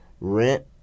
Rent